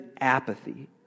apathy